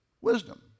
wisdom